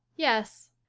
yes,